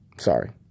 Sorry